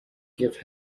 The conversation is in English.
give